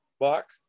buck